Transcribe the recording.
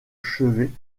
chevet